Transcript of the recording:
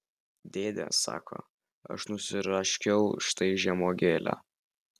dėde sako aš nusiraškiau štai žemuogėlę